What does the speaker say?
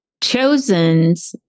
Chosen's